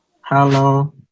Hello